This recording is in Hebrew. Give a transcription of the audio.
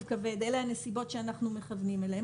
כבד אלה הנסיבות שאנחנו מכוונים אליהן